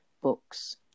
books